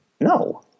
No